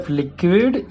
liquid